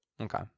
Okay